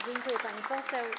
Dziękuję, pani poseł.